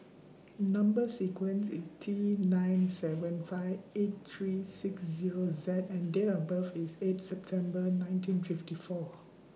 Number sequence IS T nine seven five eight three six Zero Z and Date of birth IS eighth September nineteen fifty four